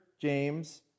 James